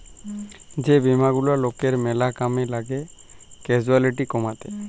যে বীমা গুলা লকের ম্যালা কামে লাগ্যে ক্যাসুয়ালটি কমাত্যে